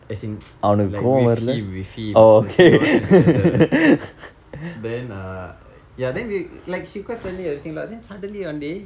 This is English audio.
as in I was like with him with him the three of us went together then uh ya then we like she quite friendly and everything lah then suddenly one day